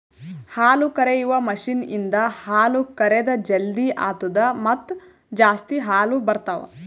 ಹಾಲುಕರೆಯುವ ಮಷೀನ್ ಇಂದ ಹಾಲು ಕರೆದ್ ಜಲ್ದಿ ಆತ್ತುದ ಮತ್ತ ಜಾಸ್ತಿ ಹಾಲು ಬರ್ತಾವ